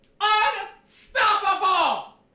Unstoppable